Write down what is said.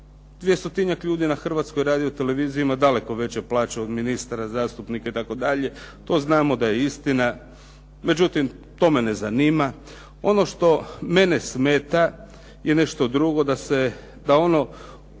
Dvjestotinjak ljudi na Hrvatskoj radioteleviziji ima daleko veće plaće od ministara, zastupnika itd., to znamo da je istina, međutim to me ne zanima. Ono što mene smeta je nešto drugo, da ono